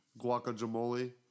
guacamole